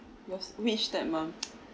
it was which stepmom